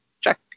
check